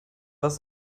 was